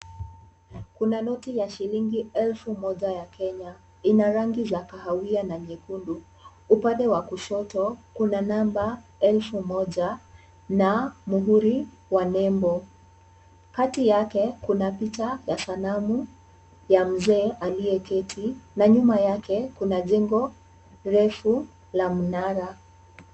Kuna noti ya shilingi elfu moja ya Kenya, ina rangi za kahawia na nyekundu. Upande wa kushoto kuna namba elfu moja na muhuri wa nembo. Kati yake kuna picha ya sanamu ya mzee aliyeketi na nyuma yake kuna jengo refu la mnara.